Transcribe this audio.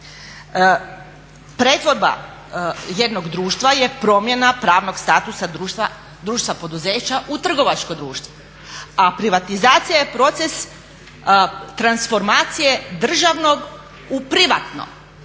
Pretvorba jednog društva je promjena pravnog statusa društva, poduzeća u trgovačko društvo, a privatizacija je proces transformacije državnog u privatno.